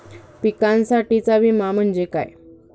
पिकांसाठीचा विमा म्हणजे काय?